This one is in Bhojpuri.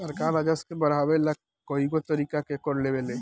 सरकार राजस्व के बढ़ावे ला कएगो तरीका के कर लेवेला